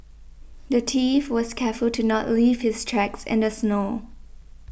the thief was careful to not leave his tracks in the snow